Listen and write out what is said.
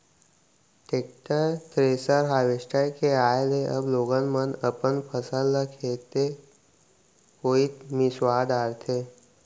tractor, thresher, harvester के आए ले अब लोगन मन अपन फसल ल खेते कोइत मिंसवा डारथें